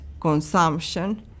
consumption